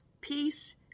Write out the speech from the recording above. peace